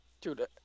Dude